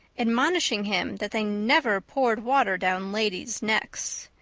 admonishing him that they never poured water down ladies' necks.